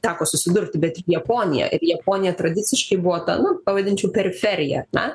teko susidurti bet ir japonija ir japonija tradiciškai buvo ta na pavadinčiau periferija na